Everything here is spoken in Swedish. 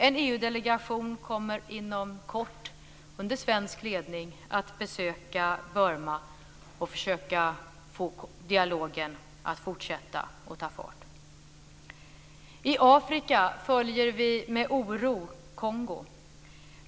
En EU delegation kommer inom kort, under svensk ledning, att besöka Burma och försöka få dialogen att fortsätta och ta fart. I Afrika följer vi med oro situationen i Kongo.